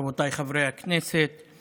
רבותיי חברי הכנסת,